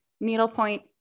needlepoint